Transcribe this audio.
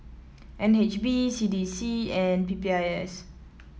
N H B C D C and P P I S